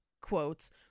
quotes